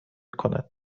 کند